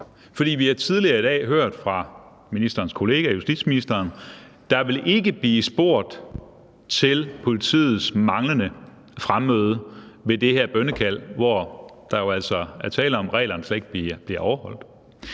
for vi har tidligere i dag hørt fra ministerens kollega justitsministeren, at der ikke vil blive spurgt til politiets manglende fremmøde ved det her bønnekald, hvor der jo altså er tale om, at reglerne slet ikke bliver overholdt.